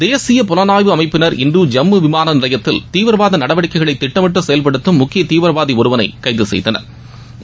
தேசிய புலனாய்வு அமைப்பினர் இன்று ஜம்மு விமான நிலையத்தில் தீவிரவாத நடவடிக்கைகளை திட்டமிட்டு செயல்படுத்தும் முக்கிய தீவிரவாதி ஒருவனை இன்று கைது செய்தனா்